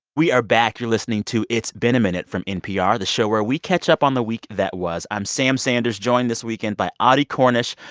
we are back. you're listening to it's been a minute from npr, the show where we catch up on the week that was. i'm sam sanders, joined this weekend by audie cornish,